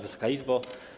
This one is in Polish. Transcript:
Wysoka Izbo!